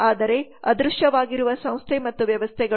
ಆದರೆ ಅದೃಶ್ಯವಾಗಿರುವ ಸಂಸ್ಥೆ ಮತ್ತು ವ್ಯವಸ್ಥೆಗಳು